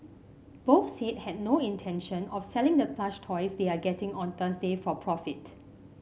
both said had no intention of selling the plush toys they are getting on Thursday for profit